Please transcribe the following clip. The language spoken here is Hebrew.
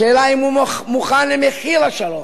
השאלה, אם הוא מוכן למחיר השלום,